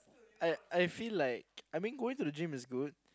I I feel like I mean going to the gym is good